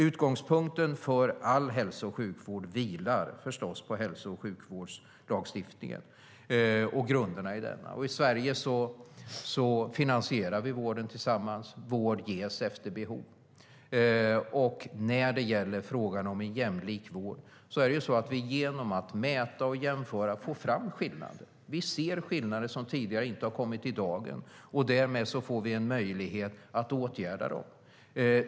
Utgångspunkten för all hälso och sjukvård är förstås hälso och sjukvårdslagstiftningen och grunderna i denna. I Sverige finansierar vi vården tillsammans. Vård ges efter behov. När det gäller frågan om en jämlik vård får vi genom att mäta och jämföra fram skillnader. Vi ser skillnader som tidigare inte har kommit i dagen, och därmed får vi en möjlighet att åtgärda dem.